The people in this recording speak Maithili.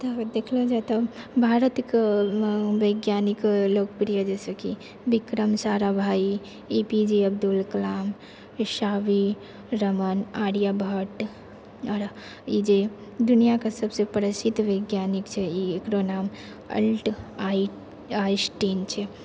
तऽ देखल जाए तऽ भारतके लोकप्रिय वैज्ञानिक सब विक्रम साराभाई एपीजे अब्दुल कलाम सीवी रमण आर्यभट्ट ई जे दुनिआके सबसँ प्रसिद्ध वैज्ञानिक छै एकरो नाम अल्बर्ट आइंस्टीन छै